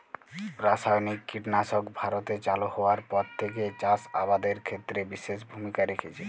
রাসায়নিক কীটনাশক ভারতে চালু হওয়ার পর থেকেই চাষ আবাদের ক্ষেত্রে বিশেষ ভূমিকা রেখেছে